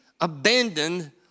abandoned